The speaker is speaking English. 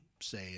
say